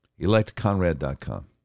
Electconrad.com